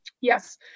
Yes